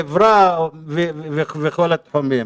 חברה וכל התחומים.